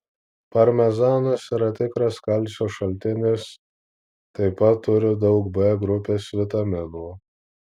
parmezanas yra tikras kalcio šaltinis taip pat turi daug b grupės vitaminų